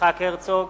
יצחק הרצוג,